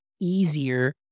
easier